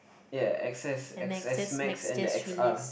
ya x_s x_s-max and the X_R